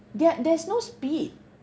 their there's no speed